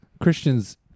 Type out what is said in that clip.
Christian's